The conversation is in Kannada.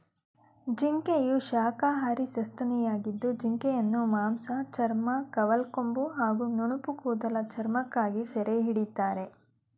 ಜಿಂಕೆಯು ಶಾಖಾಹಾರಿ ಸಸ್ತನಿಯಾಗಿದ್ದು ಜಿಂಕೆಯನ್ನು ಮಾಂಸ ಚರ್ಮ ಕವಲ್ಕೊಂಬು ಹಾಗೂ ನುಣುಪುಕೂದಲ ಚರ್ಮಕ್ಕಾಗಿ ಸೆರೆಹಿಡಿತಾರೆ